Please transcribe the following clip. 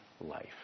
life